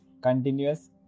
Continuous